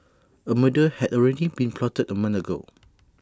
A murder had already been plotted A month ago